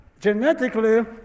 genetically